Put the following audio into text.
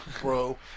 bro